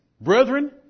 brethren